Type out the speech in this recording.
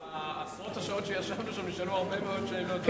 בעשרות השעות שישבנו שם, נשאלו הרבה מאוד שאלות,